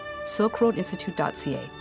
silkroadinstitute.ca